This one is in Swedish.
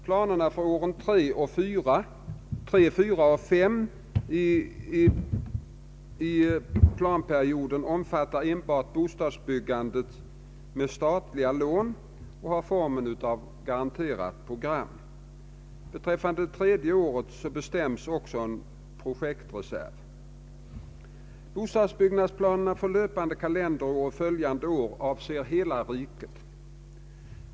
Planerna för åren 3, 4 och 5 i planperioden omfattar enbart bostadsbyggande med statliga lån och har formen av garanterade program. Beträffande det tredje året bestäms också en projektreserv. Bostadsbyggnadsplanerna för det löpande kalenderåret och följande år avser hela riket.